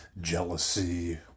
jealousy